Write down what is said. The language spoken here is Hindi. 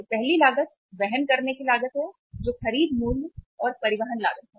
तो पहली लागत वहन करने की लागत है जो खरीद मूल्य और परिवहन लागत है